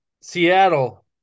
Seattle